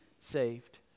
saved